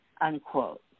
unquote